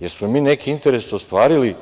Jesmo mi neki interes ostvarili,